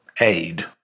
aid